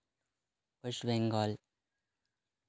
West Bengal